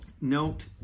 Note